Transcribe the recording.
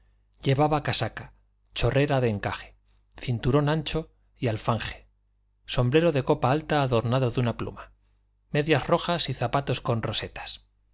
llevaba casaca chorrera de encaje cinturón ancho y alfanje sombrero de copa alta adornado de una pluma medias rojas y zapatos con rosetas